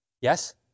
yes